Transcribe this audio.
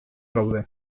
gaude